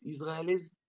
Israelis